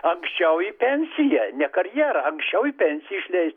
anksčiau į pensiją ne karjerą anksčiau į pensiją išleis